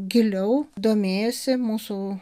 giliau domėjosi mūsų